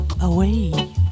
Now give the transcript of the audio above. away